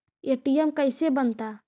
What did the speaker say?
ATM कैसे बनता?